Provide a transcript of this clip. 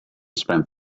spent